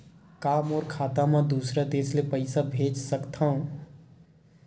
का मोर खाता म दूसरा देश ले पईसा भेज सकथव?